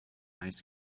ice